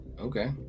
Okay